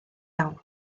iawn